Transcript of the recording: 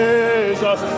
Jesus